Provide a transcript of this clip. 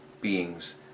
beings